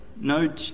No